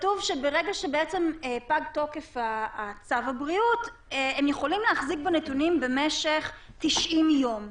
כתוב שברגע שפג תוקף צו הבריאות הם יכולים להחזיק בנתונים במשך 90 יום.